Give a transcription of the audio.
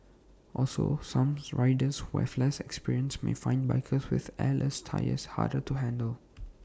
also some riders who have less experience may find bikes with airless tyres harder to handle